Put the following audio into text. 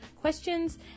questions